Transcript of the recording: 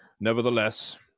Nevertheless